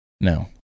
no